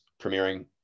premiering